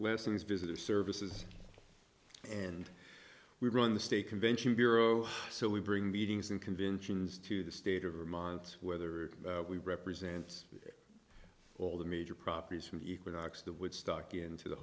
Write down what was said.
lessens visitor services and we run the state convention bureau so we bring meetings and conventions to the state of vermont whether we represent all the major properties from equinox the woodstock into the